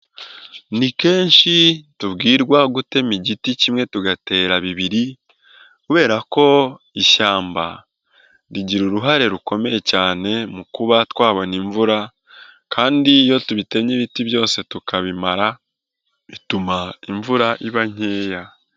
Ni kenshi tubwirwa gutema igiti kimwe tugatera bibiri kubera ko ishyamba rigira uruhare rukomeye cyane mu kuba twabona imvura kandi iyo tubitemye ibiti byose tukabimara bituma imvura iba nkeya.